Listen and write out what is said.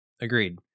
Agreed